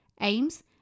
aims